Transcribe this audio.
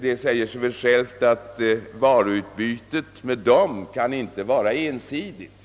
Det säger sig väl självt att varuutbytet med dem inte kan vara ensidigt.